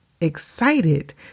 Excited